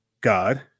God